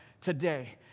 today